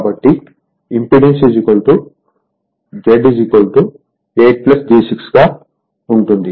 కాబట్టి impedance Z 8 j 6 గా ఉంటుంది